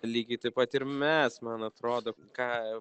lygiai taip pat ir mes man atrodo ką